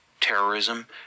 terrorism